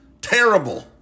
terrible